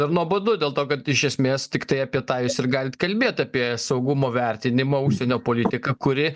ir nuobodu dėl to kad iš esmės tiktai apie tą jūs ir galit kalbėt apie saugumo vertinimą užsienio politiką kuri